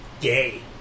gay